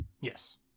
Yes